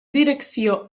direcció